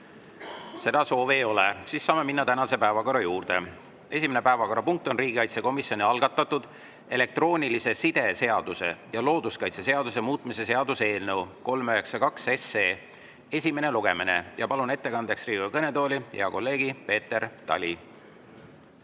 Seda soovi ei ole. Saame minna tänase päevakorra juurde. Esimene päevakorrapunkt on riigikaitsekomisjoni algatatud elektroonilise side seaduse ja looduskaitseseaduse muutmise seaduse eelnõu 392 esimene lugemine. Palun ettekandeks Riigikogu kõnetooli hea kolleegi Peeter Tali.